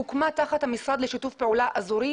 היא הוקמה תחת המשרד לשיתוף פעולה אזורי